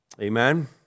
Amen